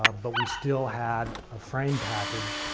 ah but we still had, a frame package,